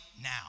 now